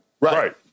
Right